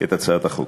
את הצעת החוק.